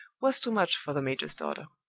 was too much for the major's daughter.